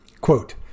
Quote